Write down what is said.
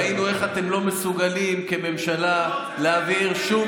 ראינו איך אתם לא מסוגלים כממשלה להעביר שום